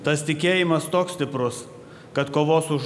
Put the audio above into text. tas tikėjimas toks stiprus kad kovos už